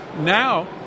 Now